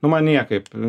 nu man niekaip